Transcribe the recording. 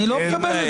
אני לא מקבל את זה...